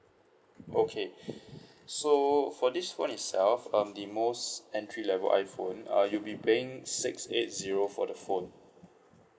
okay so for this [one] itself um the most entry level iphone uh you'll be paying six eight zero for the phone